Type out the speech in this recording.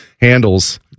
Handles